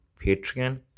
patreon